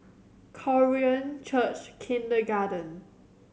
Korean Church Kindergarten